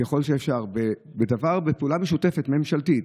ככל שאפשר, בפעולה משותפת ממשלתית.